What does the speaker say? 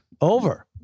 Over